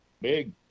Big